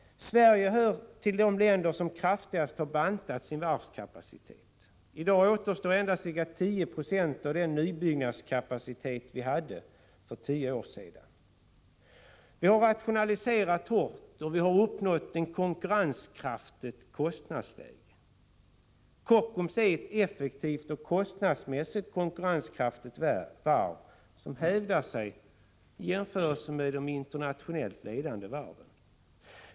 Sverige hör till de länder som kraftigast har bantat sin varvskapacitet. I dag återstår endast ca 10 20 av den nybyggnadskapacitet vi hade för tio år sedan. Vi har rationaliserat hårt, och vi har uppnått ett konkurrenskraftigt kostnadsläge. Kockums är ett effektivt och kostnadsmässigt konkurrenskraf tigt varv som hävdar sig i jämförelse med de internationellt ledande varven.